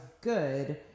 good